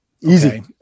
Easy